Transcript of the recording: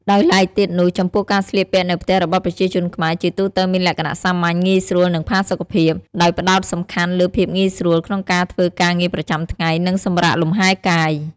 ដោយឡែកទៀតនោះ ចំពោះការស្លៀកពាក់នៅផ្ទះរបស់ប្រជាជនខ្មែរ ជាទូទៅមានលក្ខណៈសាមញ្ញ ងាយស្រួល និងផាសុកភាព ដោយផ្ដោតសំខាន់លើភាពងាយស្រួលក្នុងការធ្វើការងារប្រចាំថ្ងៃ និងសម្រាកលំហែកាយ។